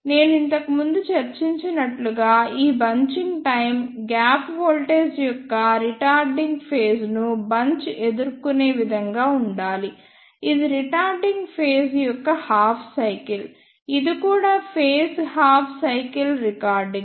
నేను ఇంతకుముందు చర్చించినట్లుగా ఈ బంచింగ్ టైమ్ గ్యాప్ వోల్టేజ్ యొక్క రిటార్డింగ్ ఫేజ్ ను బంచ్ ఎదుర్కొనే విధంగా ఉండాలి ఇది రిటార్డింగ్ ఫేజ్ యొక్క హాఫ్ సైకిల్ ఇది కూడా ఫేజ్ హాఫ్ సైకిల్ రిటార్డింగ్